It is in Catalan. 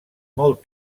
molt